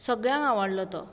सगळ्यांक आवडलो तो